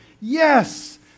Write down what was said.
Yes